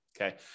okay